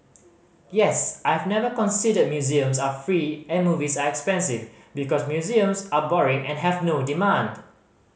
yes I've never considered museums are free and movies are expensive because museums are boring and have no demand